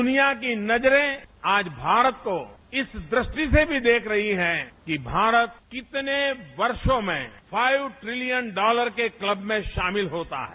दूनिया की नजरें आज भारत को इस दृष्टि से भी देख रही हैं कि भारत कितने वर्षों में फाइव ट्रिलियन डॉलर के क्लब में शामिल होता है